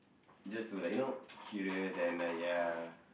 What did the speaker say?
just to like you know curious and you know ya